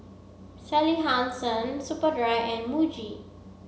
Sally Hansen Superdry and Muji